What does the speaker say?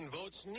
votes